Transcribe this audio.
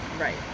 right